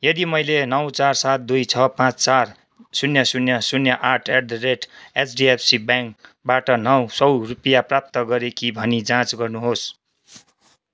यदि मैले नौ चार सात दुई छ पाँच चार शून्य शून्य शून्य आठ एट द रेट एचडिएफसी ब्याङ्कबाट नौ सौ रुपैयाँ प्राप्त गरेँ कि भनी जाँच गर्नुहोस्